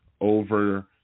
over